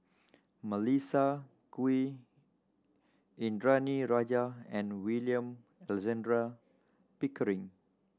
Melissa Kwee Indranee Rajah and William Alexander Pickering